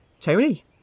Tony